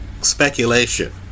speculation